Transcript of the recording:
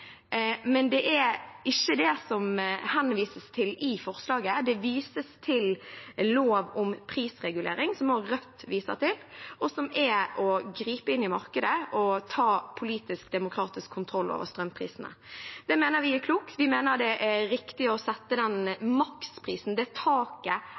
men det er ikke det som det henvises til i forslaget. Det vises til lov om prisregulering, som også Rødt viser til, og som er å gripe inn i markedet og ta politisk demokratisk kontroll over strømprisene. Det mener vi er klokt. Vi mener det er riktig å sette